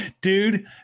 dude